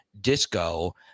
disco